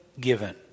given